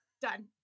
Done